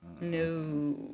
No